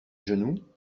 genoux